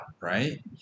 right